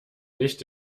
nicht